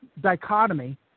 dichotomy